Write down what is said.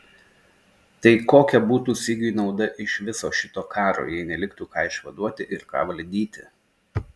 tai kokia būtų sigiui nauda iš viso šito karo jei neliktų ką išvaduoti ir ką valdyti